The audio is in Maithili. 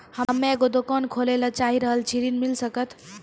हम्मे एगो दुकान खोले ला चाही रहल छी ऋण मिल सकत?